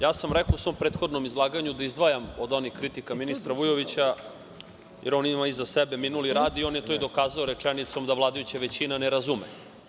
Ja sam u svom prethodnom izlaganju rekao da izdvajam od onih kritika ministra Vujovića, jer on ima iza sebe minuli rad i on je to dokazao rečenicom da vladajuća većina ne razume.